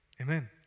Amen